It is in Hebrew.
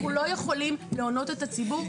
אנחנו לא יכולים להונות את הציבור.